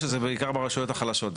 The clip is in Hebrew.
שזה בעיקר ברשויות החלשות דווקא.